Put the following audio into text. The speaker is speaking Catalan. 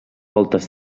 voltes